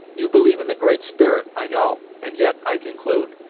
you believe in the great spirit, i know, and yet, i conclude,